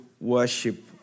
worship